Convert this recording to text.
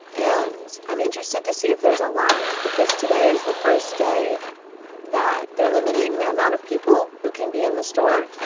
and i'm interested to see if there's a line because today is the first day that they're limiting the amount of people who can be in the store